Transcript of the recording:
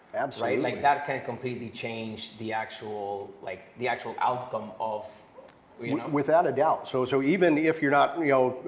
um so like that can completely change the actual like the actual outcome of. eric but you know without a doubt. so, so even if you're not, you know,